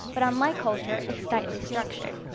but unlike culture it is tightly structured.